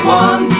one